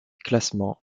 classement